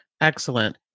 Excellent